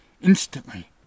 instantly